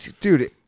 Dude